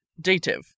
Dative